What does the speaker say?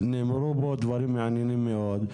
יודע?